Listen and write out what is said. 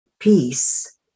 peace